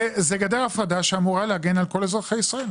זה גדר הפרדה שאמורה להגן על כל אזרחי ישראל,